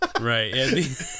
Right